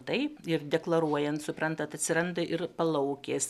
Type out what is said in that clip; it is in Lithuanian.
taip ir deklaruojant suprantat atsiranda ir palaukės